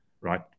right